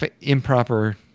improper